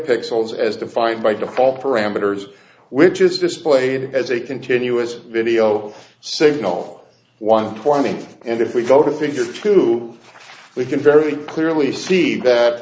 pixels as defined by default parameters which is displayed as a continuous video signal for one twenty and if we go to figure two we can very clearly see that